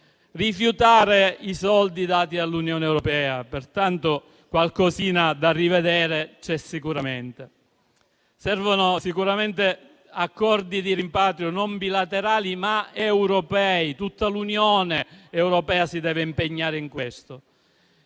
rifiutare i soldi dati dall'Unione europea. Pertanto qualcosina da rivedere c'è sicuramente. Servono accordi di rimpatrio non bilaterali, ma europei (tutta l'Unione europea si deve impegnare su questo),